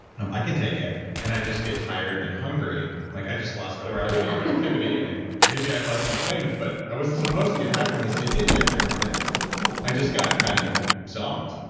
i can take it, and i just get tired and hungry like i just lost four hours of productivity. and maybe i'm less inflamed, but i wasn't supposed to get high from this. i didn't get high from it i just got kind of zonked.